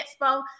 Expo